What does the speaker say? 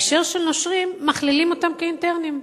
בהקשר של נושרים, מכללים אותם כאינטרניים.